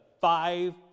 five